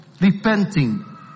Repenting